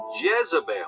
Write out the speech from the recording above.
Jezebel